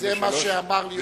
מדובר בשלוש הסתייגויות.